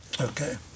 Okay